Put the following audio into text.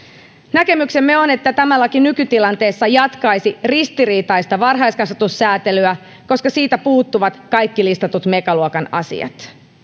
näkemyksemme on että tämä laki nykytilanteessa jatkaisi ristiriitaista varhaiskasvatussäätelyä koska siitä puuttuvat kaikki listatut megaluokan asiat